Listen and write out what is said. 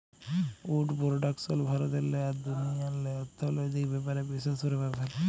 would পরডাকশল ভারতেল্লে আর দুনিয়াল্লে অথ্থলৈতিক ব্যাপারে বিশেষ পরভাব ফ্যালে